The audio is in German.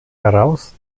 heraus